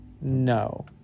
No